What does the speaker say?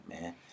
man